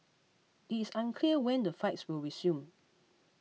it is unclear when the flights will resume